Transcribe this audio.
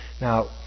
Now